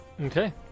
Okay